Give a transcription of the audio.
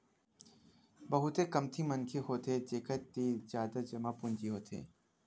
बहुते कमती मनखे होथे जेखर तीर जादा जमा पूंजी होथे